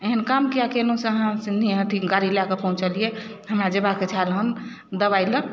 एहन काम किए केलहुॅं से अहाँ से नहि अथी गाड़ी लए कऽ पहुँचलिए हमरा जेबाक छल हन दबाइ लए